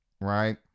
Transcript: right